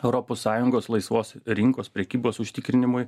europos sąjungos laisvos rinkos prekybos užtikrinimui